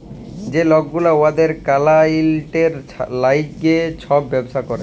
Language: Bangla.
যে লক গুলা উয়াদের কালাইয়েল্টের ল্যাইগে ছব ব্যবসা ক্যরে